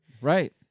Right